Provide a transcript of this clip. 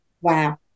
Wow